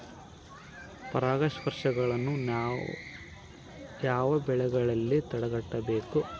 ಪರಾಗಸ್ಪರ್ಶವನ್ನು ಯಾವ ಬೆಳೆಗಳಲ್ಲಿ ತಡೆಗಟ್ಟಬೇಕು?